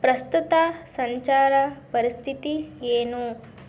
ಪ್ರಸ್ತುತ ಸಂಚಾರ ಪರಿಸ್ಥಿತಿ ಏನು